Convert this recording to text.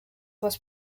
was